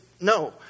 no